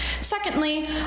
Secondly